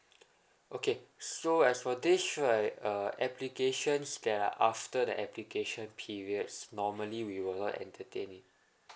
okay so as for this sure I uh applications that are after the application periods normally we will not entertain it